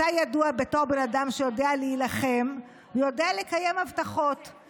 אתה ידוע בתור בן אדם שיודע להילחם ויודע לקיים הבטחות.